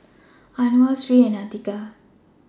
Anuar Sri and Atiqah